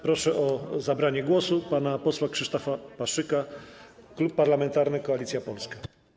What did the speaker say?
Proszę o zabranie głosu pana posła Krzysztofa Paszyka, Klub Parlamentarny Koalicja Polska.